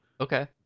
Okay